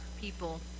people